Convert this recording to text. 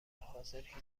حاضر